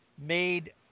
made